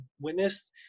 witnessed